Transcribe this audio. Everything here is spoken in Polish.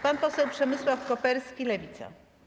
Pan poseł Przemysław Koperski, Lewica.